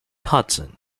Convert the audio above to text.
hudson